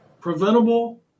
Preventable